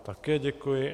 Také děkuji.